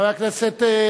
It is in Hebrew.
חבר הכנסת כבל,